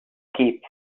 keeps